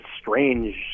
strange